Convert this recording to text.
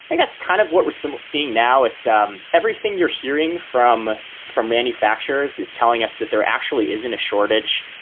and that's kind of what we're simply seeing now. it's um everything you're hearing from from manufacturers is telling us that there actually isn't a shortage.